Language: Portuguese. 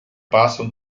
passam